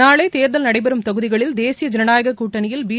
நாளை தேர்தல் நஎடபெறும் தொகுதிகளில் தேசிய ஜனநாயகக் கூட்டணியில் பி